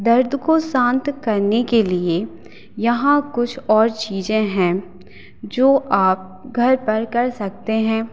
दर्द को शांत करने के लिए यहाँ कुछ और चीजें हैं जो आप घर पर कर सकते हैं